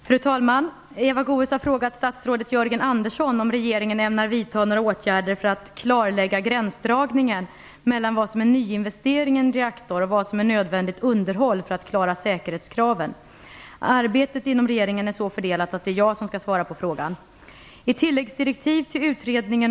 Fru talman! Eva Goës har frågat statsrådet Jörgen Andersson om regeringen ämnar vidta några åtgärder för att klarlägga gränsdragningen mellan vad som är nyinvestering i en reaktor och vad som är nödvändigt underhåll för att klara säkerhetskraven. Arbetet inom regeringen är så fördelat att det är jag som skall svara på frågan.